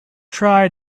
try